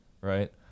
right